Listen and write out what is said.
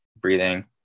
breathing